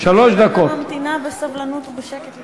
אני ממתינה בסבלנות, בשקט.